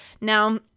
Now